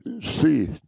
see